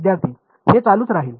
विद्यार्थी हे चालूच राहिल